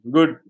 Good